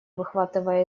выхватывая